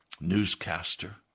newscaster